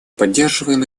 поддерживаем